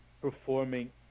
performing